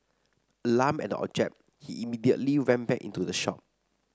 alarmed at the object he immediately went back into the shop